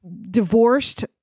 divorced